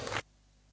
Hvala.